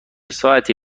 ساعتی